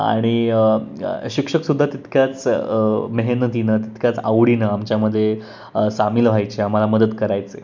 आणि शिक्षक सुद्धा तितक्याच मेहनतीनं तितक्याच आवडीनं आमच्यामध्ये सामिल व्हायचे आम्हाला मदत करायचे